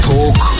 Talk